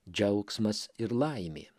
džiaugsmas ir laimė